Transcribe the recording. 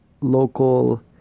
local